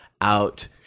out